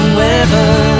weather